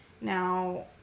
Now